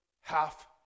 half